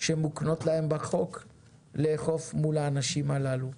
שמוקנות להם בחוק לאכוף מול האנשים הללו.